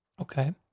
Okay